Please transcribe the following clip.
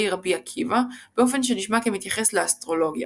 רבי עקיבא באופן שנשמע כמתייחס לאסטרולוגיה.